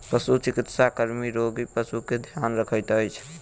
पशुचिकित्सा कर्मी रोगी पशु के ध्यान रखैत अछि